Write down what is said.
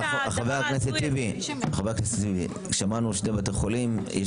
שלושה בתי חולים בזום.